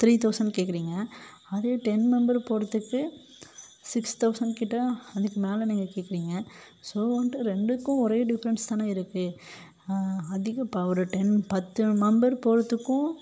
three thousand கேட்குறீங்க அதே ten member போகிறதுக்கு சிக்ஸ் தொளசண்ட் கேட்டால் அதுக்கு மேலே நீங்கள் கேட்குறீங்க ஸோ வந்துட்டு ரெண்டுக்கும் ஒரே டிஃபரண்ஸ் தானே இருக்குது அதிக ஒரு டென் பத்து மெம்பர் போகிறத்துக்கும்